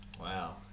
Wow